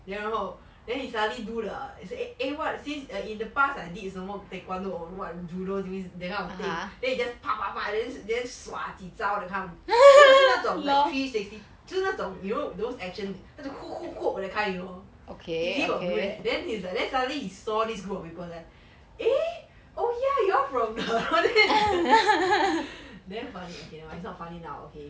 then 然后 then he suddenly do the eh eh what since in the past I did 什么 taekwondo or don't know what judo this that kind of thing then he just then then himself the thumb so 是那种 like three sixty 就是那种 you know you know action 那个 that kind you know he really got do that then he's like then suddenly he saw this group before that eh oh ya y'all from the damn funny okay never mind it's not funny now okay